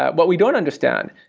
ah what we don't understand,